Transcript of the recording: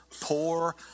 poor